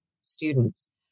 students